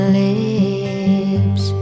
lips